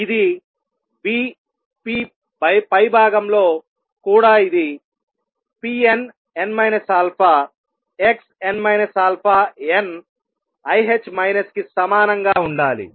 ఇది v p పైభాగంలో కూడా ఇది pnn xn αn i కి సమానంగా ఉండాలి